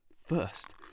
First